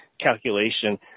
calculation